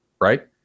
right